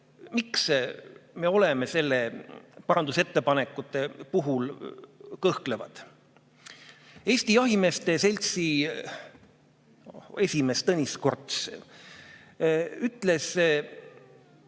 Miks me oleme selle parandusettepaneku puhul kõhklevad? Eesti Jahimeeste Seltsi [juht] Tõnis Korts ütles